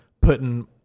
putting